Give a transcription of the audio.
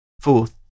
Fourth